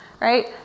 right